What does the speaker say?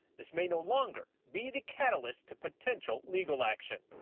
this may no longer be the catalyst to potential legal action.